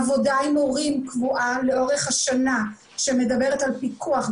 עבודה קבועה עם הורים לאורך השנה שמדברת על פיקוח,